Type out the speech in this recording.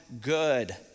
good